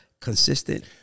consistent